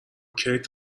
کیت